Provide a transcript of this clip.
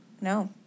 no